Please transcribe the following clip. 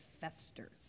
festers